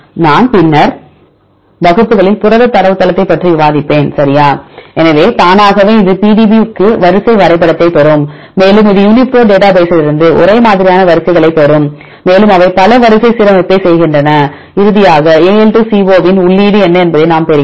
நான் பின்னர் வகுப்புகளில் புரத தரவுத்தளத்தைப் பற்றி விவாதிப்பேன் சரியா எனவே தானாகவே இது PDB க்கு வரிசை வரைபடத்தைப் பெறும் மேலும் இது யூனிபிரோட் டேட்டாபேஸ்லிருந்து ஒரே மாதிரியான வரிசை களைப் பெறும் மேலும் அவை பல வரிசை சீரமைப்பைச் செய்கின்றன இறுதியாக AL2CO இன் உள்ளீடு என்ன என்பதை நாம் பெறுகிறோம்